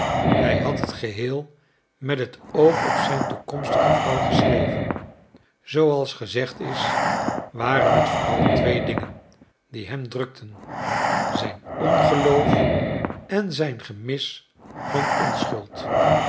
hij had het geheel met het oog op zijn toekomstige vrouw geschreven zoo als gezegd is waren het vooral twee dingen die hem drukten zijn ongeloof en zijn gemis van onschuld